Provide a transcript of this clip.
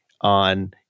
on